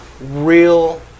real